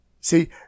See